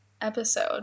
episode